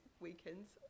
weekends